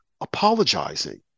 apologizing